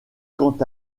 quant